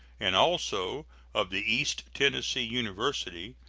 and also of the east tennessee university,